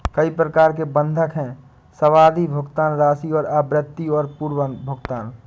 कई प्रकार के बंधक हैं, सावधि, भुगतान राशि और आवृत्ति और पूर्व भुगतान